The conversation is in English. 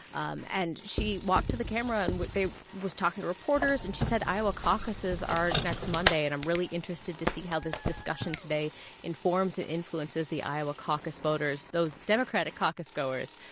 um and she walked to the camera and what they was talking to reporters. and she said iowa caucuses are next monday, and i'm really interested to see how this discussion today informs and influences the iowa caucus voters those democratic caucusgoers.